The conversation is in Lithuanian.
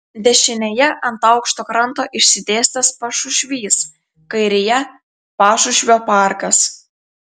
dešinėje ant aukšto kranto išsidėstęs pašušvys kairėje pašušvio parkas